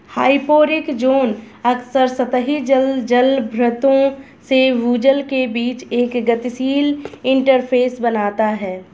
hyporheic zone अक्सर सतही जल जलभृतों से भूजल के बीच एक गतिशील इंटरफ़ेस बनाता है